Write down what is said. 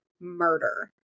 murder